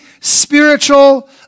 spiritual